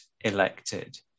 elected